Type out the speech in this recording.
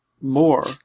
more